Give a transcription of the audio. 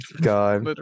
god